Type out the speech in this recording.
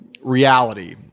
reality